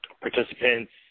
participants